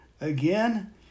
Again